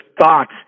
thoughts